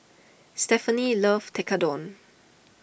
Stephenie loves Tekkadon